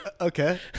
Okay